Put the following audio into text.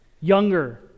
younger